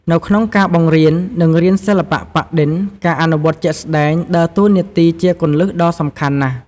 នៅក្នុងការបង្រៀន និងរៀនសិល្បៈប៉ាក់-ឌិន ការអនុវត្តជាក់ស្តែង ដើរតួនាទីជាគន្លឹះដ៏សំខាន់ណាស់។